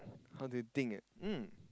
how do you think mm